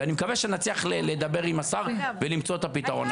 ואני מקווה שנצליח לדבר עם השר ולמצוא את הפתרון.